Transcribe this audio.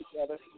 together